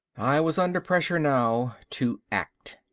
i was under pressure now to act.